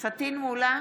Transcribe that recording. פטין מולא,